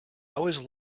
always